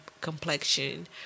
complexion